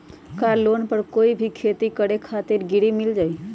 का लोन पर कोई भी खेती करें खातिर गरी मिल जाइ?